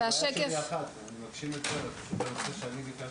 מתוך 355 תיקים שנפתחו בארבע השנים שבדקנו,